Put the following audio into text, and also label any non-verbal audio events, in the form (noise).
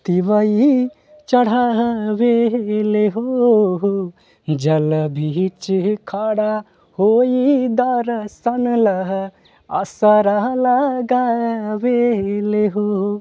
(unintelligible)